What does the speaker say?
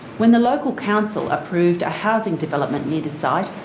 when the local council approved a housing development near the site,